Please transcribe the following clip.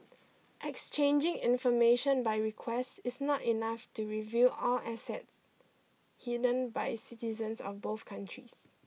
exchanging information by request is not enough to reveal all assets hidden by citizens of both countries